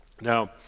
Now